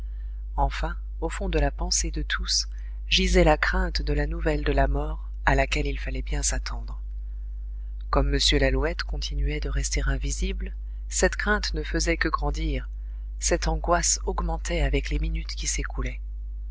enfin au fond de la pensée de tous gisait la crainte de la nouvelle de la mort à laquelle il fallait bien s'attendre comme m lalouette continuait de rester invisible cette crainte ne faisait que grandir cette angoisse augmentait avec les minutes qui s'écoulaient